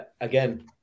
again